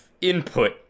input